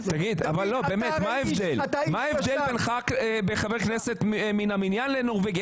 לא הבנתי מה ההבדל חבר כנסת מן המניין לחבר כנסת נורבגי.